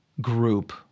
group